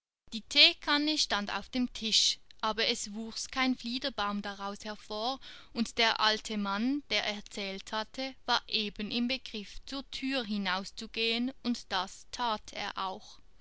die theekanne stand auf dem tisch aber es wuchs kein fliederbaum daraus hervor und der alte mann der erzählt hatte war eben im begriff zur thür hinauszugehen und das that er auch